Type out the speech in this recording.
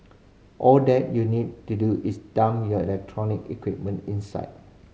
all that you need to do is dump your electronic equipment inside